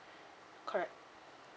correct